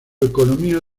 economía